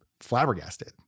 flabbergasted